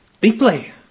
deeply